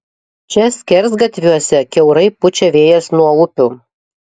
čia skersgatviuose kiaurai pučia vėjas nuo upių